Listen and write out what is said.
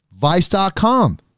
vice.com